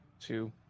Two